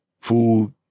Food